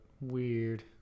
weird